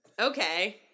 Okay